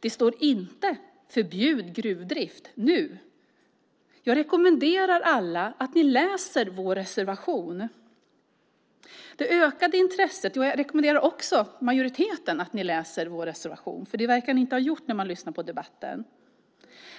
Det står inte: Förbjud gruvdrift nu! Jag rekommenderar alla att ni läser vår reservation. Jag rekommenderar också majoriteten att läsa vår reservation, för det verkar inte som om ni har gjort det när man lyssnar på debatten.